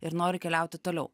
ir noriu keliauti toliau